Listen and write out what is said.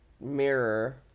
mirror